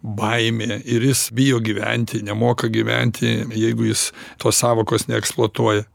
baimė ir jis bijo gyventi nemoka gyventi jeigu jis tos sąvokos neeksploatuoja